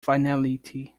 finality